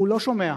הוא לא שומע.